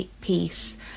peace